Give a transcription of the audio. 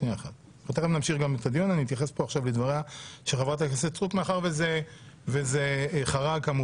אתייחס עכשיו לדבריה של חברת הכנסת סטרוק מאחר שזה חרג,